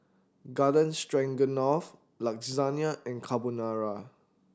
Garden Stroganoff Lasagna and Carbonara